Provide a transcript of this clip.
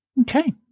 okay